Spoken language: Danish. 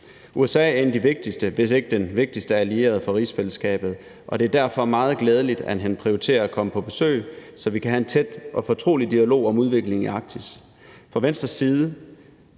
USA er en af de vigtigste – hvis ikke den vigtigste - allierede for rigsfællesskabet, og det er derfor meget glædeligt, at han prioriterer at komme på besøg, så vi kan have en tæt og fortrolig dialog om udviklingen i Arktis.